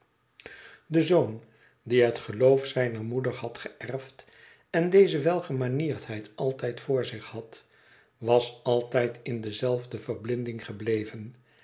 do zoon die het geloof zijner moeder had geërfd en deze welgemanierdheid altijd voor zich had was altijd in dezelfde verblinding gebleven